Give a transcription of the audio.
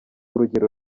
urugero